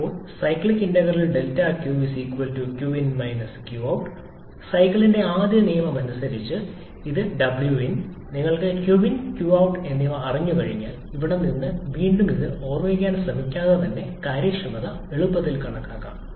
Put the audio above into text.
ഇപ്പോൾ സൈക്കിളിന്റെ ആദ്യ നിയമമനുസരിച്ച് win നിങ്ങൾ qin qout എന്നിവ അറിഞ്ഞുകഴിഞ്ഞാൽ ഇവിടെ നിന്ന് വീണ്ടും ഇത് ഓർമിക്കാൻ ശ്രമിക്കാതെ തന്നെ കാര്യക്ഷമത എളുപ്പത്തിൽ കണക്കാക്കാം